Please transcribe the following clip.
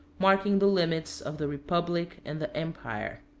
marking the limits of the republic and the empire.